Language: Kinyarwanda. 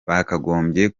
bakagombye